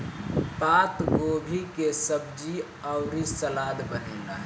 पातगोभी के सब्जी अउरी सलाद बनेला